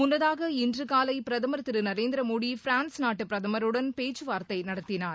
முன்னதாக இன்று காலை பிரதமர் திரு நரேந்திரமோடி பிரான்ஸ் நாட்டு பிரதமருடன் பேச்சுவார்த்தை நடத்தினார்